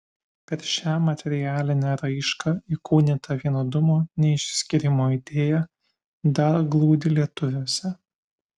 per šią materialinę raišką įkūnyta vienodumo neišsiskyrimo idėja dar glūdi lietuviuose